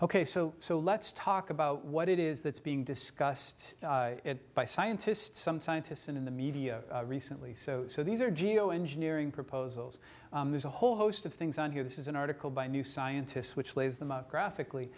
ok so so let's talk about what it is that's being discussed by scientists some scientists in the media recently so these are geo engineering proposals there's a whole host of things on here this is an article by new scientist which lays them out graphically